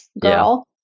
girl